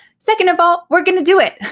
second of all, we're gonna do it,